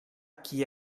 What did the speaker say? qui